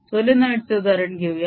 solenoid चे उदाहरण घेऊया